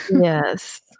Yes